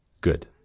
Good